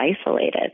isolated